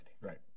right